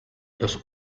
los